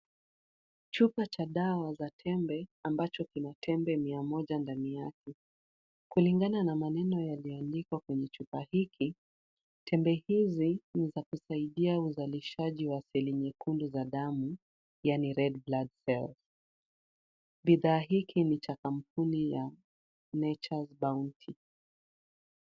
Chupa cha dawa za tembe ambacho kina tembe mia moja ndani yake, kulingana na maneno yaliyoandikwa kwenye chupa hiki, tembe hizi ni za kusaidia uzalishaji wa seli nyekundu za damu, yaani red blood cells . Bidhaa hii ni ya kampuni ya Nature's Bounty.